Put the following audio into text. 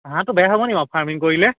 হাঁহটো বেয়া হ'ব নেকি বাৰু ফাৰ্মিং কৰিলে